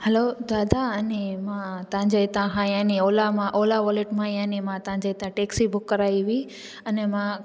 hello दादा अने मां तव्हांजे हितां खां याने ओला मां ओला वॉलिट मां यानी मां तव्हांजे हितां टैक्सी बुक कराई हुई अने मां